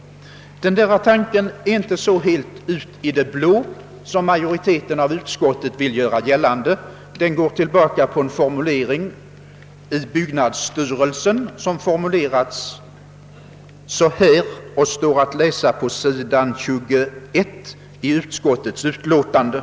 Denna tanke svävar inte så helt i det blå som utskotts majoriteten vill göra gällande. Den går tillbaka på en formulering av byggnadsstyrelsen, som står att läsa på s. 21 i utskottsutlåtandet.